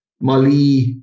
Mali